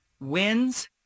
wins